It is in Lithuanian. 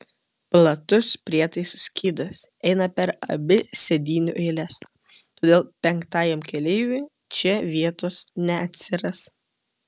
platus prietaisų skydas eina per abi sėdynių eiles todėl penktajam keleiviui čia vietos neatsiras